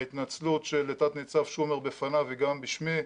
ההתנצלות של תת ניצב שומר בפניו היא גם בשמי,